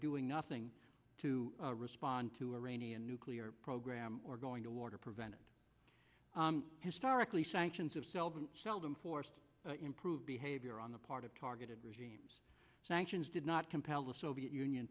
doing nothing to respond to a rainy a nuclear program or going to war to prevent historically sanctions have seldom seldom forced improved behavior on the part of targeted regimes sanctions did not compel the soviet union